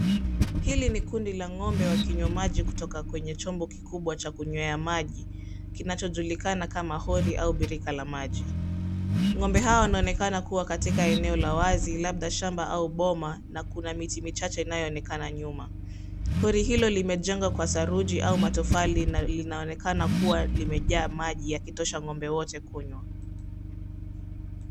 Hili ni kundi la ng'ombe wakinywa maji kutoka kwenye chombo kikubwa cha kunywea maji kinachojulikana kama hori au birika la maji.Ng'ombe hawa wanaonekana kuwa katika eneo la wazi labda shamba au boma na kuna miti michache inayoonekana nyuma. Hori hilo limejengwa kwa saruji au matofali na linaonekana kuwa limejaa maji yakitosha ng'ombe wote kunywa.